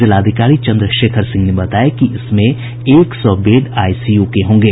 जिलाधिकारी चंद्रशेखर सिंह ने बताया कि इसमें एक सौ बेड आईसीयू के होंगे